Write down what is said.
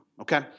okay